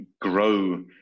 grow